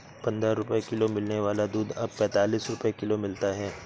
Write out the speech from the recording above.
पंद्रह रुपए किलो मिलने वाला दूध अब पैंतालीस रुपए किलो मिलता है